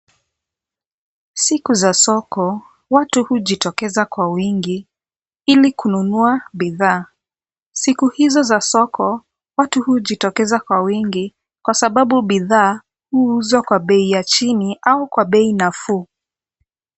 Siku za soko, watu hujitokeza kwa wingi ili kununua bidhaa. Siku hizo za soko, watu hujitokeza kwa wingi kwa sababu bidhaa huuzwa kwa bei ya chini au kwa bei nafuu.